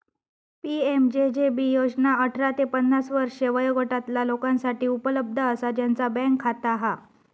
PMJJB योजना अठरा ते पन्नास वर्षे वयोगटातला लोकांसाठी उपलब्ध असा ज्यांचा बँक खाता हा